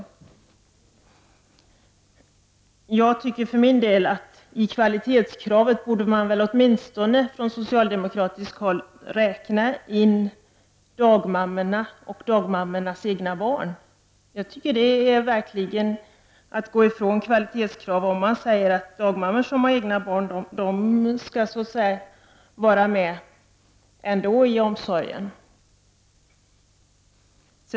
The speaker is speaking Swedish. För min del tycker jag att socialdemokraterna i kvalitetskravet åtminstone borde kunna räkna in dagmammorna och dagmammornas egna barn. Det är verkligen att gå ifrån kvalitetskraven om man säger att dagmammor som har egna barn skall vara med i omsorgen ändå.